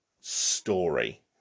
story